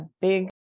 big